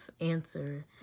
answer